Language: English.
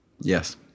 yes